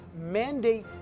mandate